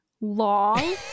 long